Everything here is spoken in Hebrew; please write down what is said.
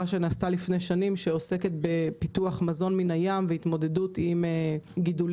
שנעשתה לפני שנים ועוסקת בפיתוח מזון מן הים והתמודדות עם גידולים,